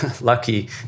lucky